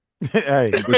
hey